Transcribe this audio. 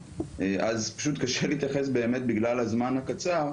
פשוט באמת קשה להתייחס בגלל הזמן הקצר.